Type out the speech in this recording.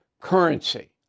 currency